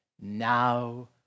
now